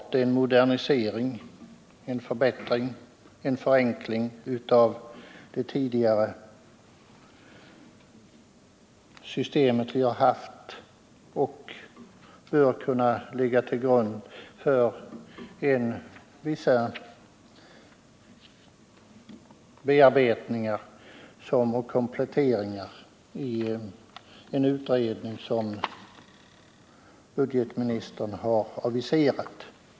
Det innebär en modernisering, en förbättring och en förenkling av det system som vi tidigare haft och bör kunna ligga till grund för vissa bearbetningar och kompletteringar i den utredning som budgetministern har aviserat.